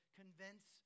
convince